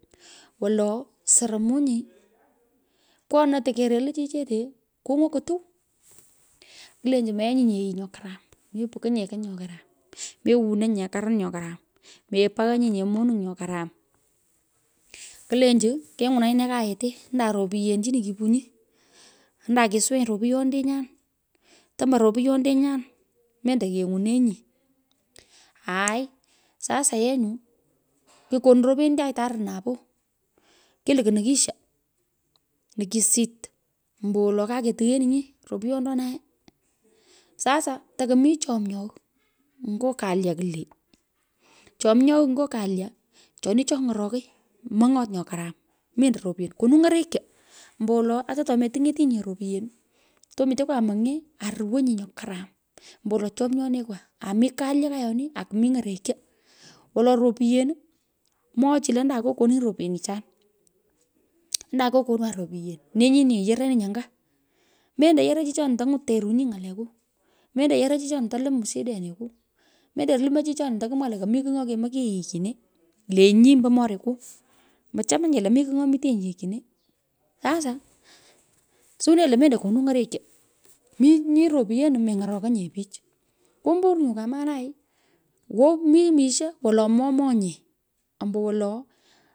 Wolo. soromonyi. pkonoi tu kerelu chichete. kungwun kutuw. kulench meanyi ye yii nyo karam meoukonyi nye ko nyo karam. mewononyi nye karam nyo karam. mepaghanyi. nye monuny nyo karam. kolench. kengwunanyui nee kayete andan ropyen cheni kipunyi andan kisuwenyi ropyendenyan. tomo ropyondenyan mendokengwonenyi aaai sasa yenu kukoni ropyenichai tarir napoo. kilukowu nakich. nukisit. ambowolo. kuketueninyi ropyondenane. Sasa. tokomi. chomyogh ngu kalya kwulee. Chomyogh nyo kalya. choni cho ng’orokoi mong’ot nyo karam mendi ropyen. Konu ny’orekyo. ambowoloata tometiny’etinye ropyen tomitekwa mony’ee orowony karam ombowolo chomyonekwa aa mi kalya kayoni akum ny’orekyo. Wolo ropyen mwogh chi lo andan ko konuninyi ropyenichan. ando kokonwan ropyen ne nyini yerenyi anga. Mendo yoroi chichoni tangwon terunyi ng’uleku. mendo yoroi chichoni. to lium shirenikwa mendo lumoi chichoni tukumwaa lo komi kigh nyo kermekinyi yighchine le nyi ombo moriku. mochomoye lo mi kigh nyo mutenyi yughechine. Sasa suwenenyi lo mendo konu ny’orekyo. mi ropyenu meny’okonye pich. kumbur nyu kamanai. wow mi omisho wolo moomonye ombowolo.